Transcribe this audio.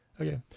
Okay